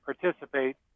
participate